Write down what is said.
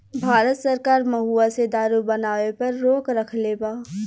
भारत सरकार महुवा से दारू बनावे पर रोक रखले बा